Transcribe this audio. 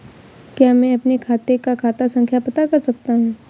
क्या मैं अपने खाते का खाता संख्या पता कर सकता हूँ?